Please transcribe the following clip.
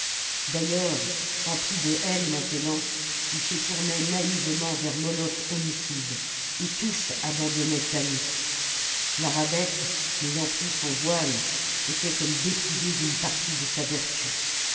d'ailleurs empli de haine maintenant il se tournait naïvement vers moloch homicide et tous abandonnaient tanit la rabbet n'ayant plus son voile était comme dépouillée d'une partie de sa vertu